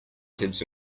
kids